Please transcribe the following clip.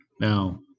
Now